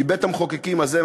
מבית-המחוקקים הזה,